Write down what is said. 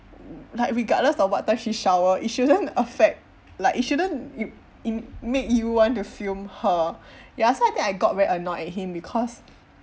like regardless of what time she shower it shouldn't affect like it shouldn't you it make you want to film her ya so I think I got very annoyed at him because